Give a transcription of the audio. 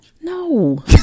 No